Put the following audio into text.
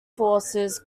forces